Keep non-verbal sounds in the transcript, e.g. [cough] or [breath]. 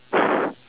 [breath]